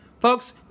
Folks